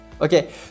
Okay